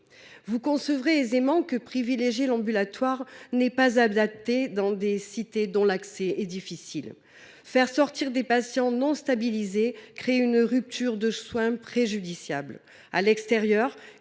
Vous concevrez aisément que privilégier l’ambulatoire n’est pas adapté dans des cités auxquelles il est difficile d’accéder. Faire sortir des patients non stabilisés crée une rupture de soins préjudiciable.